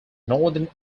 northern